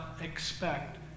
expect